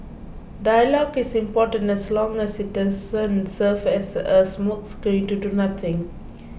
dialogue is important as long as it doesn't serve as a smokescreen to do nothing